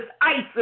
ISIS